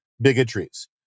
bigotries